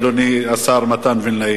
אדוני השר מתן וילנאי,